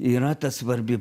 yra ta svarbi